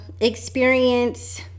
experience